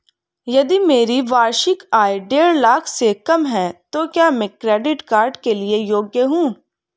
यदि मेरी वार्षिक आय देढ़ लाख से कम है तो क्या मैं क्रेडिट कार्ड के लिए योग्य हूँ?